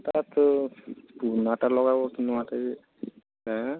ପୁରୁଣାଟା ଲଗେଇବ କି ନୂଆଟା ଏଁ